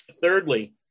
Thirdly